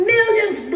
Millions